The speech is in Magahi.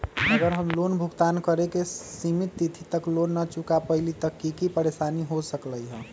अगर हम लोन भुगतान करे के सिमित तिथि तक लोन न चुका पईली त की की परेशानी हो सकलई ह?